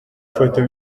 foto